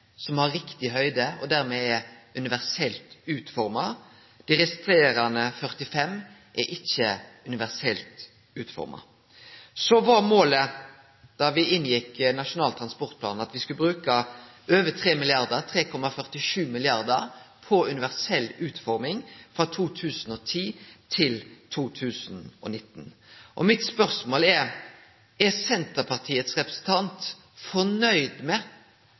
som har riktig høgd og som dermed er universelt utforma. Dei resterande 45 er ikkje universelt utforma. Målet me hadde da me vedtok Nasjonal transportplan, var å bruke over 3 mrd. kr – 3,47 mrd. – på universell utforming frå 2010 til 2019. Mitt spørsmål er: Er Senterpartiets representant fornøgd med